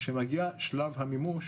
כשמגיע שלב המימוש,